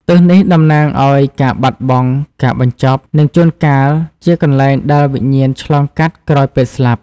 ទិសនេះតំណាងឱ្យការបាត់បង់ ការបញ្ចប់ និងជួនកាលជាកន្លែងដែលវិញ្ញាណឆ្លងកាត់ក្រោយពេលស្លាប់។